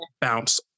bounce